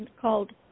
called